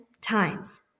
times